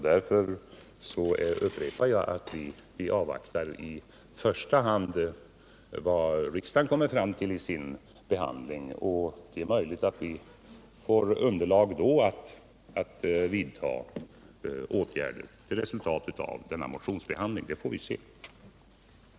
Därför upprepar jag att vi i första hand avvaktar vad riksdagen kommer fram till vid sin behandling. Det är möjligt att vi då får underlag för att vidta åtgärder som ett resultat av denna motionsbehandling, men hur det blir med det får vi se.